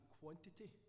quantity